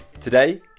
Today